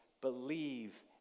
believe